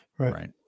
Right